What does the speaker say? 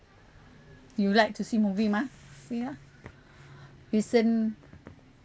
you like to see movie mah say lah recent